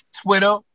Twitter